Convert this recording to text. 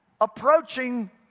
approaching